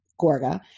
Gorga